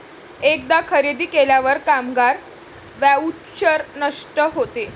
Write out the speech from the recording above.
एकदा खरेदी केल्यावर कामगार व्हाउचर नष्ट होते